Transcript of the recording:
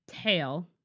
tail